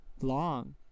long